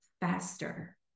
faster